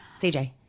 CJ